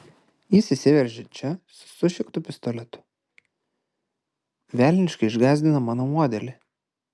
jis įsiveržia čia su sušiktu pistoletu velniškai išgąsdina mano modelį